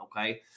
Okay